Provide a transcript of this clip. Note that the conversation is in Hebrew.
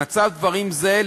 במצב דברים זה,